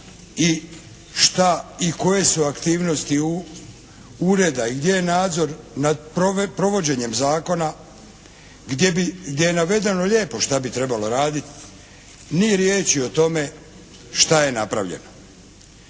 i koje su aktivnosti ureda i gdje je nadzor nad provođenjem zakona, gdje je navedeno lijepo šta bi trebalo raditi ni riječi o tome šta je napravljeno?